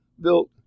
built